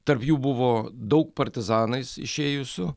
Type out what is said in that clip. tarp jų buvo daug partizanais išėjusių